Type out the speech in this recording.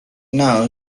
now